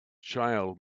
child